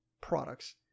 products